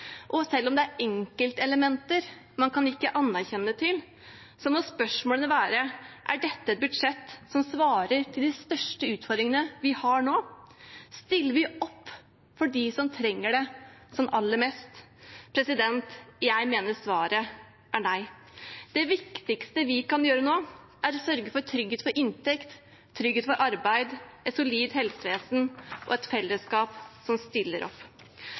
og Fremskrittspartiet en budsjettavtale, og selv om det er enkeltelementer man kan nikke anerkjennende til, må spørsmålene være: Er dette et budsjett som svarer på de største utfordringene vi har nå? Stiller vi opp for dem som trenger det aller mest? Jeg mener svaret er nei. Det viktigste vi kan gjøre nå, er å sørge for trygghet for inntekt, trygghet for arbeid, et solid helsevesen og et fellesskap som stiller opp.